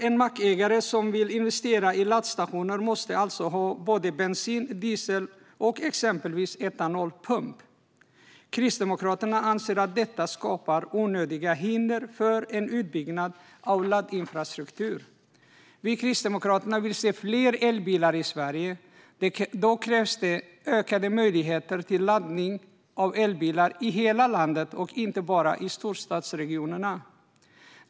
En mackägare som vill investera i laddstationer måste med andra ord ha såväl bensin som diesel och exempelvis etanolpumpar. Kristdemokraterna anser att detta skapar onödiga hinder för en utbyggd laddinfrastruktur. Vi vill se fler elbilar i Sverige. Då krävs det ökade möjligheter till laddning av elbilar i hela landet, inte bara i storstadsregionerna.